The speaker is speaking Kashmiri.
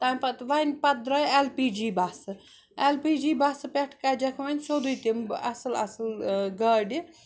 تَمہِ پَتہٕ وَنۍ پَتہٕ درٛاے ایل پی جی بَسہٕ ایٚل پی جی بَسہٕ پٮ۪ٹھ کَجَکھ وَنۍ سیوٚدُے تِم اَصٕل اَصٕل گاڑِ